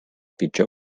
pitjor